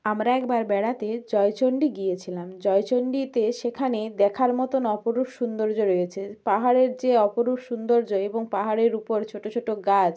আমরা একবার বেড়াতে জয়চণ্ডী গিয়েছিলাম জয়চণ্ডীতে সেখানে দেখার মতন অপরূপ সৌন্দর্য রয়েছে পাহাড়ের যে অপরূপ সৌন্দর্য এবং পাহাড়ের উপর ছোট ছোট গাছ